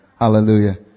hallelujah